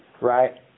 right